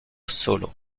solo